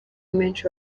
menshi